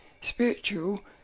spiritual